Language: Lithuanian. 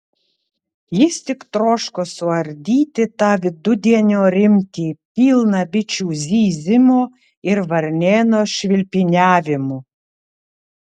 jis tik troško suardyti tą vidudienio rimtį pilną bičių zyzimo ir varnėno švilpiniavimų